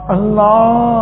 Allah